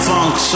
Funk